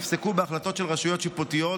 ריבית סכומי חובות שנפסקו בהחלטות של רשויות שיפוטיות.